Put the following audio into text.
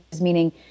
meaning